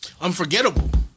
Unforgettable